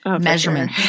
measurement